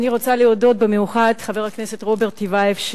אני רוצה להודות במיוחד לחבר הכנסת רוברט טיבייב,